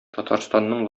татарстанның